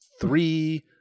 Three